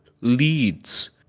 leads